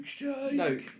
No